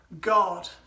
God